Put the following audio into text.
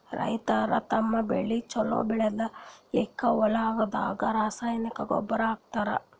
ರೈತರ್ ತಮ್ಮ್ ಬೆಳಿ ಛಲೋ ಬೆಳಿಲಿಕ್ಕ್ ಹೊಲ್ದಾಗ ರಾಸಾಯನಿಕ್ ಗೊಬ್ಬರ್ ಹಾಕ್ತಾರ್